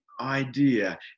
idea